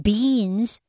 Beans